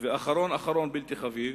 ואחרון אחרון בלתי חביב,